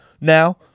now